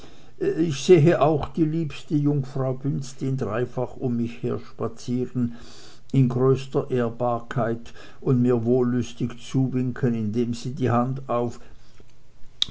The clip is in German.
ich sehe auch die liebste jungfrau bünzlin dreifach um mich her spazieren in größter ehrbarkeit und mir wollüstig zuwinken indem sie die hand auf